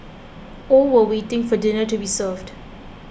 all were waiting for dinner to be served